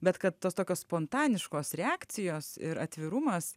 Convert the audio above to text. bet kad tos tokios spontaniškos reakcijos ir atvirumas